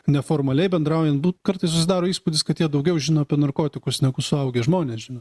neformaliai bendraujant kartais susidaro įspūdis kad jie daugiau žino apie narkotikus negu suaugę žmonės žino